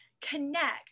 connect